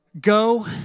Go